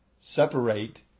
separate